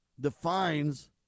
defines